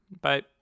bye